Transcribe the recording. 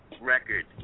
Record